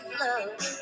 love